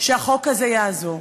שהחוק הזה יעזור.